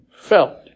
felt